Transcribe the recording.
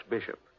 Bishop